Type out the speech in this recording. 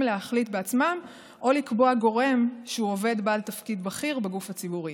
להחליט בעצמם או לקבוע גורם שהוא עובד בעל תפקיד בכיר בגוף הציבורי.